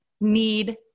need